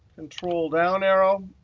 control-down arrow,